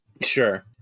Sure